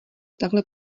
takhle